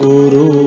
Guru